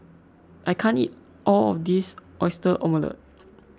I can't eat all of this Oyster Omelette